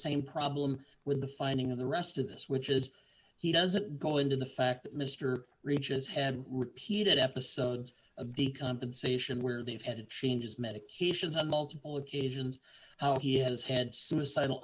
same problem with the finding of the rest of us which is he doesn't go into the fact that mr ricci has had repeated episodes of the compensation where they've had changes medications on multiple occasions he has had suicidal